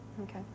Okay